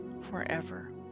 forever